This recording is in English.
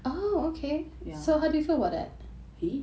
ya he